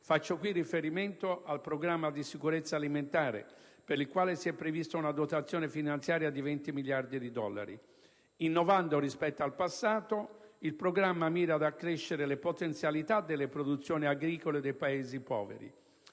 Faccio qui riferimento al programma di sicurezza alimentare, per il quale si è prevista una dotazione finanziaria di 20 miliardi di dollari. Innovando rispetto al passato, il programma mira ad accrescere le potenzialità delle produzioni agricole dei Paesi poveri.